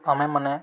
ଆମେମାନେ